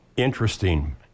Interesting